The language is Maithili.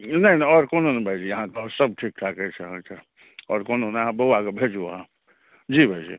नहि नहि आओर कोनो नहि भायजी अहाँके सब ठीकठाक छै अहाँके आओर कोनो नहि अहाँ बौआके भेजू अहाँ जी भायजी